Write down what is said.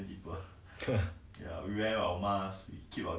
but is fine lah is fine